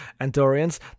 Andorians